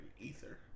Ether